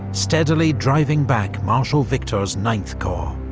steadily driving back marshal victor's ninth corps.